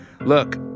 Look